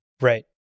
Right